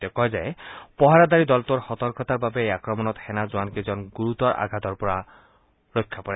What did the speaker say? তেওঁ কয় যে পহৰাদাৰী দলটোৰ সতৰ্কতাৰ বাবে এই আক্ৰমণত সেনা জোৱানকেইজন গুৰুতৰ আঘতৰ পৰা ৰক্ষা পৰে